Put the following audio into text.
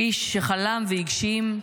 איש שחלם והגשים,